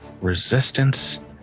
resistance